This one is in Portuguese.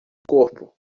corpo